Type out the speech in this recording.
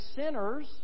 sinners